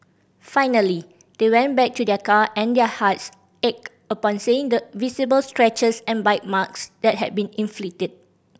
finally they went back to their car and their hearts ached upon seeing the visible scratches and bite marks that had been inflicted